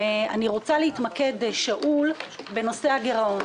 שאול, אני רוצה להתמקד בנושא הגרעון.